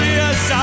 yes